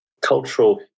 cultural